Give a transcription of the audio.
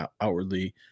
outwardly